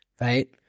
right